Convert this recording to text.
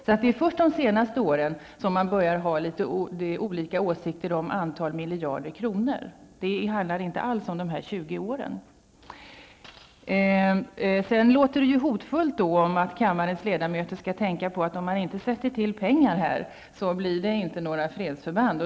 Det är alltså först under de senaste åren som det har uppstått olika åsikter om antalet miljarder kronor. Det handlar inte alls om de där 20 Det låter hotfullt när det sägs att kammarens ledamöter skall tänka på att det inte blir några fredsförband, om man inte tillskjuter pengar.